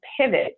pivot